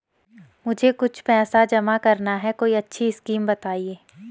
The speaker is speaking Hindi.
मुझे कुछ पैसा जमा करना है कोई अच्छी स्कीम बताइये?